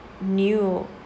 new